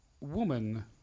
woman